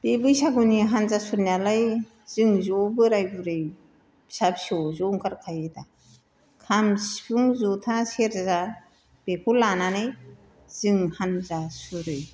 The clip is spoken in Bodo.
बे बैसागुनि हानजा सुरनायालाय जों ज' बोराय बुरै फिसा फिसौ ज' ओंखारफायो दा खाम सिफुं जथा सेर्जा बेखौ लानानै जों हानजा सुरो